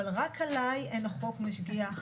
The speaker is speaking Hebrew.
אבל "רק עליי אין החוק משגיח.